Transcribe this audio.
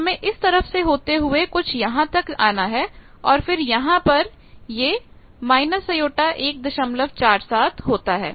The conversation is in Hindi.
तो हमें इस तरफ से होते हुए कुछ यहां तक आना है और फिर यहां पर यह j147 होता है